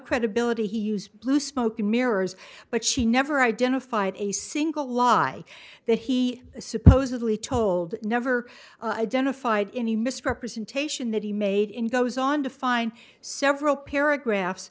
credibility he used blue smoke and mirrors but she never identified a single lie that he supposedly told never a den a fight any misrepresentation that he made in goes on to find several paragraphs